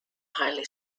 highly